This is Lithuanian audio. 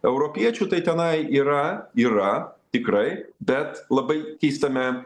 europiečių tai tenai yra yra tikrai bet labai keistame